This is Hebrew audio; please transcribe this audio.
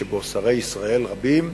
כמו שרי ישראל רבים.